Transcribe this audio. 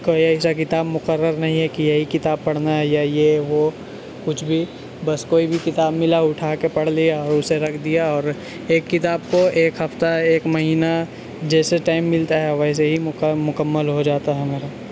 کوئی ایسا کتاب مقرر نہیں ہے کہ یہی کتاب پڑھنا ہے یا یہ وہ کچھ بھی بس کوئی بھی کتاب ملا اٹھا کے پڑھ لیا اور اسے رکھ دیا اور ایک کتاب کو ایک ہفتہ ایک مہینہ جیسے ٹائم ملتا ہے ویسے ہی مکمل ہو جاتا ہے میرا